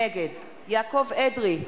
נגד יעקב אדרי,